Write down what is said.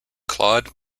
claude